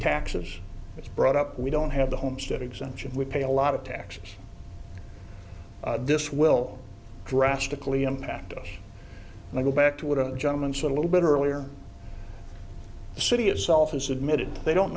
taxes it's brought up we don't have the homestead exemption we pay a lot of taxes this will drastically impact us and i go back to what a gentleman said a little bit earlier the city itself has admitted they don't